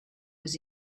was